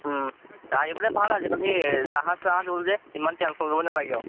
আহিবলে ভাল আজিকালি জাহাজ চাহাজ হ'ল যে ইমান টেনচন ল'ব নালাগে আৰু